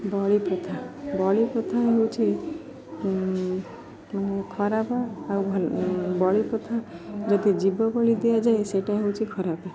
ବଳିପ୍ରଥା ବଳିପ୍ରଥା ହେଉଛି ଖରାପ ଆଉ ଭଲ ବଳିପ୍ରଥା ଯଦି ଜୀବବଳି ଦିଆଯାଏ ସେଇଟା ହେଉଛି ଖରାପ